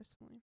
personally